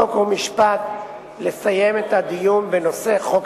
חוק ומשפט לסיים את הדיון בנושא חוק